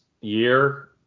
year